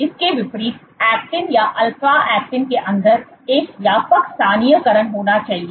इसके विपरीत ऐक्टिन या अल्फा ऐक्टिन के अंदर एक व्यापक स्थानीयकरण होना चाहिए